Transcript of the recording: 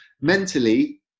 Mentally